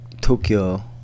Tokyo